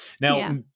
now